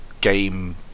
game